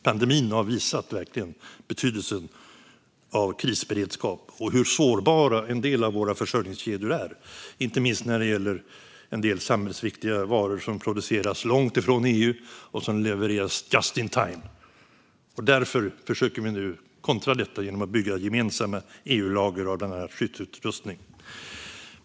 Pandemin har verkligen visat betydelsen av krisberedskap och hur sårbara en del av våra försörjningskedjor är, inte minst när det gäller en del samhällsviktiga varor som produceras långt ifrån EU och som levereras just in time. Därför försöker vi nu kontra detta genom att bygga gemensamma EU-lager av bland annat skyddsutrustning.